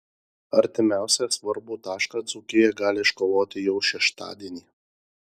artimiausią svarbų tašką dzūkija gali iškovoti jau šeštadienį